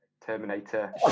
Terminator